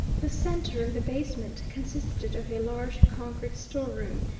the centre of the basement consisted of a large concrete store-room,